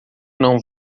não